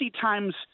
times